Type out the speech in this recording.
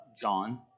John